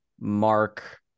Mark